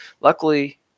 luckily